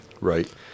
Right